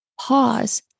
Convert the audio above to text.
Pause